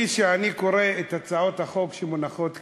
כשאני קורא את הצעות החוק שמונחות כאן,